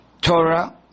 Torah